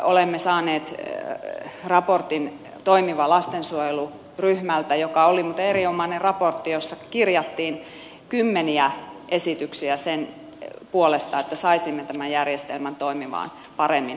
olemme saaneet raportin toimiva lastensuojelu ryhmältä ja se oli muuten erinomainen raportti jossa kirjattiin kymmeniä esityksiä sen puolesta että saisimme tämän järjestelmän toimimaan nykyistä paremmin